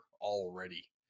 already